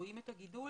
רואים את הגידול